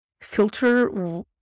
filter